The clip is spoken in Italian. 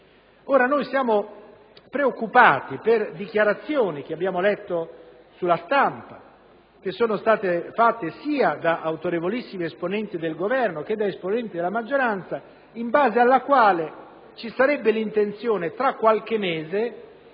Ora, noi siamo preoccupati per alcune dichiarazioni che abbiamo letto sulla stampa, rese sia da autorevolissimi esponenti del Governo che da esponenti della maggioranza, in base alle quali ci sarebbe l'intenzione, tra qualche mese,